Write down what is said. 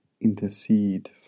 intercede